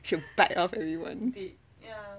she will bite off everyone